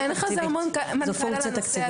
אין חוזר מנכ"ל על הנושא הזה.